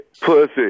pussy